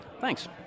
Thanks